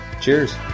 Cheers